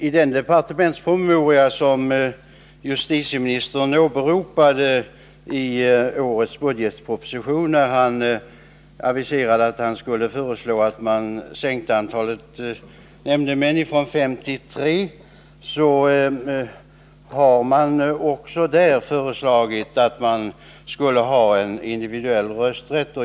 I den departementspromemoria som justitieministern åberopade när han i årets budgetproposition aviserade att han skulle föreslå att man sänkte antalet nämndemän från fem tilltre har det också föreslagits en individuell rösträtt.